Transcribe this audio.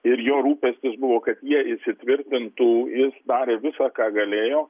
ir jo rūpestis buvo kad jie įsitvirtintų jis darė visą ką galėjo